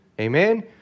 Amen